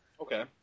Okay